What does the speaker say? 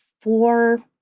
four